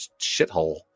shithole